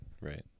right